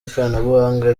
y’ikoranabuhanga